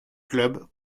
club